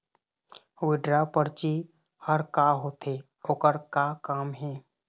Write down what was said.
Withdraw परची हर का होते, ओकर का काम हे?